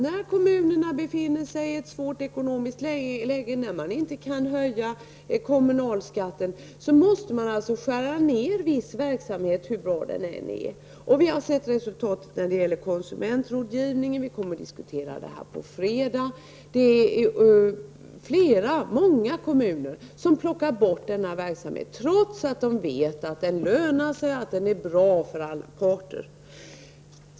När kommunerna befinner sig i ett svårt ekonomiskt läge och dessutom inte kan höja kommunalskatten, måste de dess värre skära ned på viss verksamhet hur bra den än är. Det har vi sett exempel på inom bl.a. konsumentrådgivningen. Den frågan kommer vi att diskutera här på fredag. Många kommuner tar bort den verksamheten trots att de vet att den lönar sig och är bra för alla parter.